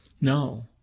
No